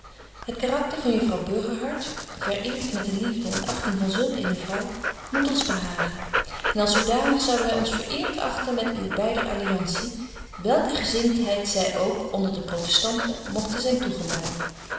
het karakter van juffrouw burgerhart verëert met de liefde en achting van zulk eene vrouw moet ons behagen en als zodanig zouden wy ons verëert achten met uw beider alliantie welke gezintheid zy ook onder de protestanten mogte zyn toegedaan